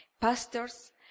pastors